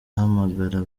ahamagara